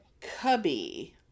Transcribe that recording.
cubby